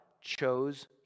chose